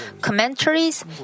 commentaries